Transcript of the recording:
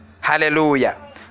Hallelujah